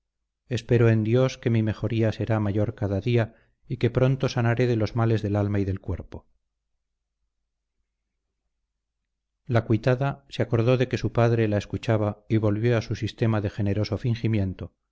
espero en dios que mi mejoría será mayor cada día y que pronto sanaré de los males del alma y del cuerpo la cuitada se acordó de que su padre la escuchaba y volvió a su sistema de generoso fingimiento